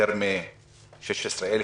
יותר מ-16,000,